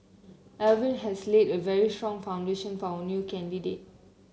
Alvin has laid a very strong foundation for our new candidate